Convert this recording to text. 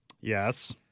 Yes